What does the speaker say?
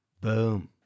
Boom